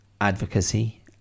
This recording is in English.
advocacy